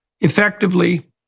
effectively